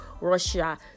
russia